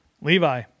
Levi